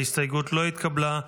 ההסתייגות לא התקבלה.